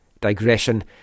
digression